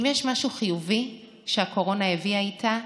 אם יש משהו חיובי שהקורונה הביאה איתה,